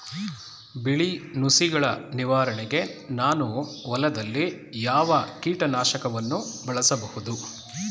ಬಿಳಿ ನುಸಿಗಳ ನಿವಾರಣೆಗೆ ನಾನು ಹೊಲದಲ್ಲಿ ಯಾವ ಕೀಟ ನಾಶಕವನ್ನು ಬಳಸಬಹುದು?